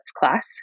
class